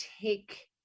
take